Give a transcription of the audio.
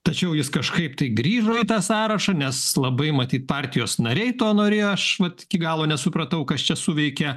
tačiau jis kažkaip tai grįžo į tą sąrašą nes labai matyt partijos nariai to norėjo aš vat iki galo nesupratau kas čia suveikė